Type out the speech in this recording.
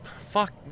Fuck